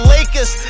Lakers